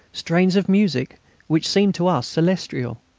strains of music which seemed to us celestial.